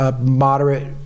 moderate